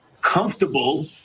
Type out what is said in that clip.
comfortable